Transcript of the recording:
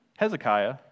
Hezekiah